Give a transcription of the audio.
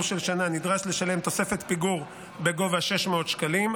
של שנה נדרש לשלם תוספת פיגור בגובה 600 שקלים,